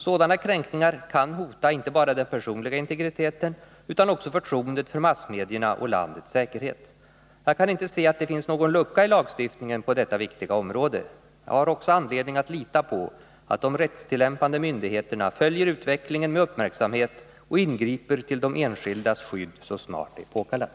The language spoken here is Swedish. Sådana kränkningar kan hota inte bara den personliga integriteten utan också förtroendet för massmedierna och landets säkerhet. Jag kan inte se att det finns någon lucka i lagstiftningen på detta viktiga område. Jag har också anledning att lita på att de rättstillämpande myndigheterna följer utvecklingen med uppmärksamhet och ingriper till de enskildas skydd, så snart det är påkallat.